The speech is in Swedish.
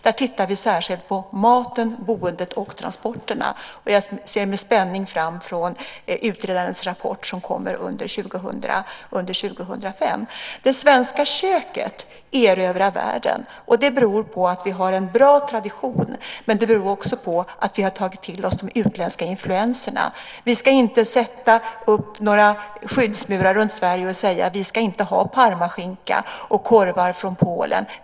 Där tittar vi särskilt på maten, boendet och transporterna, och jag ser med spänning fram emot utredarens rapport som kommer under 2005. Det svenska köket erövrar världen. Det beror på att vi har en bra tradition, men det beror också på att vi har tagit till oss de utländska influenserna. Vi ska inte sätta upp några skyddsmurar runt Sverige och säga att vi inte ska ha parmaskinka och korvar från Polen.